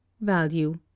Value